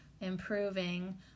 improving